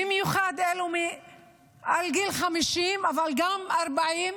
במיוחד אלו מעל גיל 50, אבל גם 40,